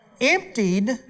emptied